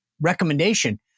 recommendation